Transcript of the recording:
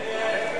ההצעה